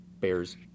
bears